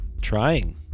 trying